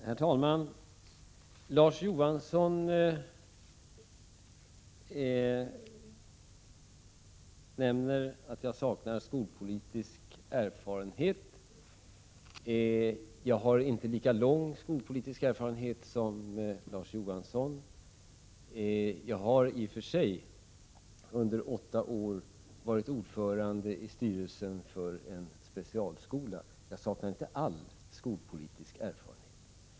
Herr talman! Larz Johansson påstår att jag saknar skolpolitisk erfarenhet. Jag har inte lika lång skolpolitisk erfarenhet som han, men jag har ändå under åtta år varit ordförande i styrelsen för en specialskola. Därför saknar jag inte all skolpolitisk erfarenhet.